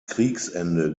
kriegsende